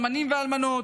האלמנים והאלמנות.